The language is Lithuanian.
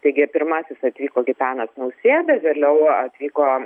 taigi pirmasis atvyko gitanas nausėda vėliau atvyko